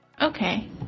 okay